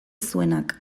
zuenak